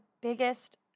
biggest